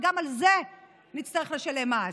וגם על זה נצטרך לשלם מס.